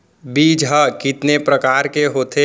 बीज ह कितने प्रकार के होथे?